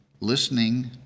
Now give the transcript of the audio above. Listening